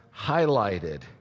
highlighted